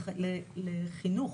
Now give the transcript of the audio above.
לחינוך,